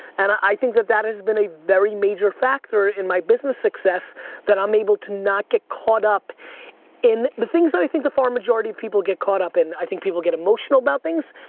and i think that that has been a very major factor in my business success that i'm able to not get caught up in the things that i think the far majority of people get caught up in. i think people get emotional about things,